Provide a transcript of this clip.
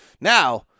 Now